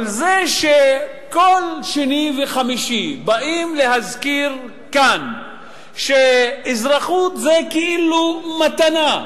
אבל זה שכל שני וחמישי באים להזכיר כאן שאזרחות זה כאילו מתנה,